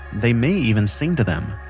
they may even sing to them.